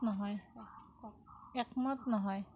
নহয় একমত নহয়